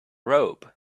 robe